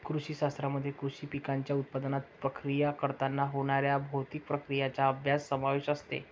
कृषी शास्त्रामध्ये कृषी पिकांच्या उत्पादनात, प्रक्रिया करताना होणाऱ्या भौतिक प्रक्रियांचा अभ्यास समावेश असते